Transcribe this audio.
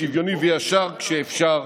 שוויוני וישר כשאפשר,